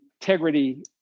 integrity